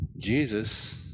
Jesus